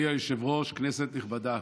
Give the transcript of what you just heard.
אדוני היושב-ראש, כנסת נכבדה,